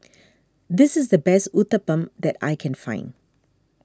this is the best Uthapam that I can find